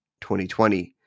2020